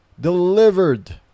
delivered